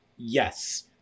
Yes